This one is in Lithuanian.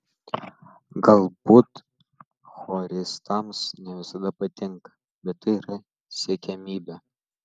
galbūt choristams ne visada patinka bet tai yra siekiamybė